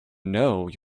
know